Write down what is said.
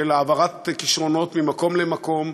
של העברת כישרונות ממקום למקום,